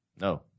No